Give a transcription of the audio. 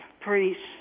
priests